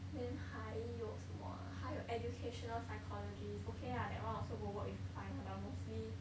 then 还有什么 ah 还有 educational psychologist okay lah that also got work with clients but mostly